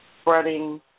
spreading